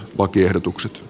lakiehdotuksen